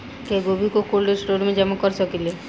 क्या गोभी को कोल्ड स्टोरेज में जमा कर सकिले?